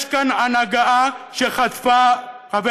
יש כאן הנהגה שחטפה, חבר